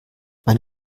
man